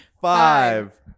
Five